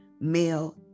male